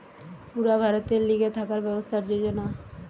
পুরা ভারতের লিগে থাকার ব্যবস্থার যোজনা